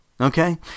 Okay